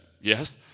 Yes